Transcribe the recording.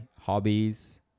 hobbies